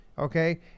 Okay